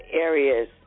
areas